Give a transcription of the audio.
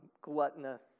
gluttonous